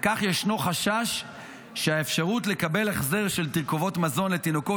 וכך ישנו חשש שהאפשרות לקבל החזר של תרכובות מזון לתינוקות